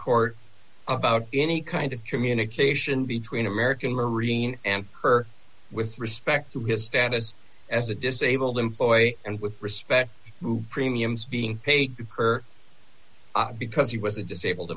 court about any kind of communication between american marine and her with respect to his status as a disabled employee and with respect to premiums being paid per op because he was a disabled